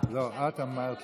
אדוני